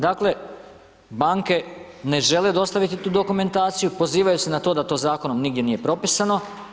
Dakle, banke ne žele dostaviti tu dokumentaciju, pozivaju se na to da to Zakonom nigdje nije propisano.